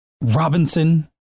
Robinson